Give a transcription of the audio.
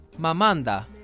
Mamanda